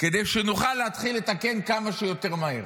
כדי שנוכל להתחיל לתקן כמה שיותר מהר.